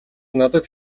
надад